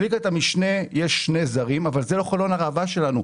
בליגת המשנה יש שני זרים אבל זה לא חלון הראווה שלנו.